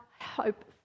hope